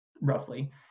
roughly